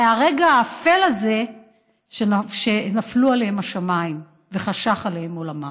מהרגע האפל הזה שנפלו עליהם השמיים וחשך עליהם עולמם.